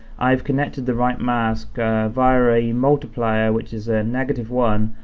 i've connected the right mask via a multiplier, which is a negative one,